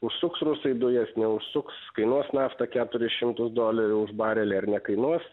užsuks rusai dujas neužsuks kainuos nafta keturis šimtus dolerių už barelį ar nekainuos